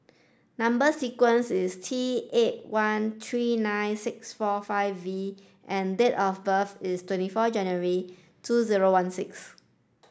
number sequence is T eight one three nine six four five V and date of birth is twenty four January two zero one six